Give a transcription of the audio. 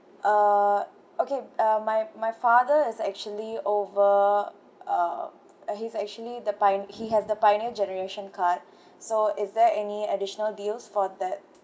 uh okay uh my my father is actually over uh he's actually the pi~ he has the pioneer generation card so is there any additional deals for that